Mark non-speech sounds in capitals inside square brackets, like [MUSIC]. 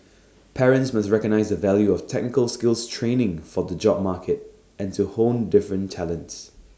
[NOISE] parents must recognise the value of technical skills training for the job market and to hone different talents